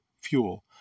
fuel